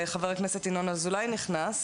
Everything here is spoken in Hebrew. חבר הכנסת אזולאי נכנס.